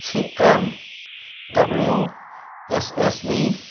C M W S S B